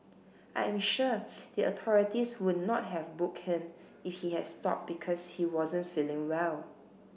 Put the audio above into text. I am sure the authorities would not have booked him if he had stopped because he wasn't feeling well